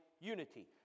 unity